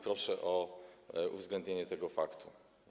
Proszę o uwzględnienie tego faktu.